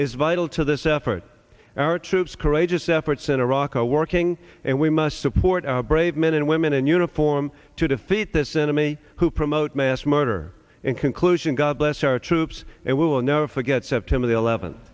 is vital to this effort our troops courageous efforts in iraq aco working and we must support our brave men and women in uniform to defeat this enemy who promote mass murder in conclusion god bless our troops that will never forget september the eleventh